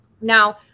Now